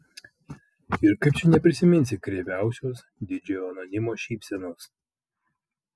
ir kaip čia neprisiminsi kreiviausios didžiojo anonimo šypsenos